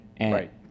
Right